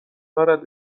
دارد